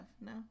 No